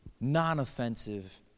non-offensive